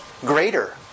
greater